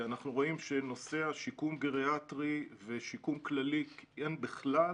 נושא שיקום גריאטרי ושיקום כללי אין בכלל,